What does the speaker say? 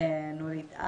נורית.